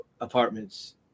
apartments